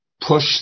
Push